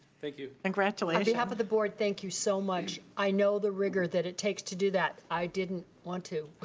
thank you. congratulations. on behalf of the board, thank you so much. i know the rigor that it takes to do that. i didn't want to,